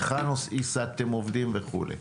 מהיכן הסטתם עובדים וכו'?